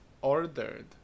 ordered